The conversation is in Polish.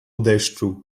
deszczu